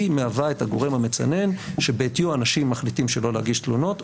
היא מהווה את הגורם המצנן שבעטיו אנשים מחליטים שלא להגיש תלונות,